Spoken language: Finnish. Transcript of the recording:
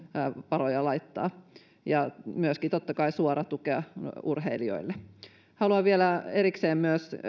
varoja laittaa ja myöskin totta kai antamalla suoraa tukea urheilijoille haluan vielä erikseen